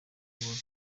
ayoboye